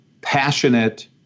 passionate